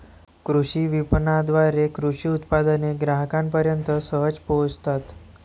कृषी विपणनाद्वारे कृषी उत्पादने ग्राहकांपर्यंत सहज पोहोचतात